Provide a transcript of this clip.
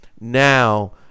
now